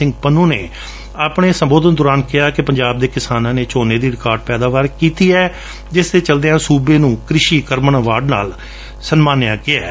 ਸਿੰਘ ਪੰਨੂ ਨੇ ਆਪਣੇ ਸੰਬੋਧਨ ਦੌਰਾਨ ਕਿਹਾ ਕਿ ਪੰਜਾਬ ਦੇ ਕਿਸਾਨਾਂ ਨੇ ਝੋਨੇ ਦੀ ਰਿਕਾਰਡ ਪੈਦਾਵਾਰ ਕੀਤੀ ਹੈ ਜਿਸਦੇ ਚਲਦਿਆਂ ਸੁਬੇ ਨੇ ਕ੍ਰਿਸ਼ੀ ਕਰਮਨ ਅਵਾਰਡ ਨਾਲ ਨਵਾਜਿਆ ਗਿਐ